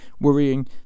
worrying